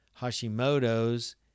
Hashimoto's